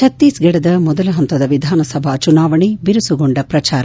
ಛತ್ತೀಸ್ಗಢದ ಮೊದಲ ಹಂತದ ವಿಧಾನಸಭಾ ಚುನಾವಣೆ ಬಿರುಸುಗೊಂಡ ಪ್ರಚಾರ